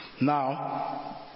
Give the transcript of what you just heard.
Now